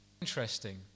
interesting